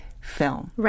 film